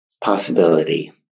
possibility